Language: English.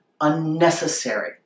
unnecessary